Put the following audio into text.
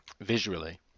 visually